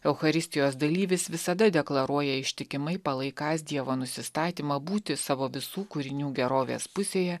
eucharistijos dalyvis visada deklaruoja ištikimai palaikąs dievo nusistatymą būti savo visų kūrinių gerovės pusėje